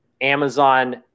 Amazon